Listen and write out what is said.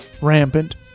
rampant